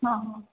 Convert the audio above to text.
हां हां